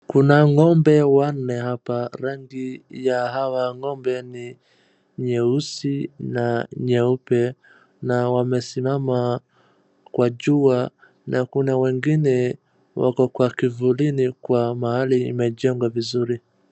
Kuna ng'ombe wanne hapa. Rangi ya hawa ng'ombe ni nyeusi na nyeupe na wamesimama kwa jua na kuna wengine wako kwa kivulini kwa mahali imejengwa vizuri.